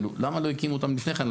למה לא הקימו אותן לפני כן?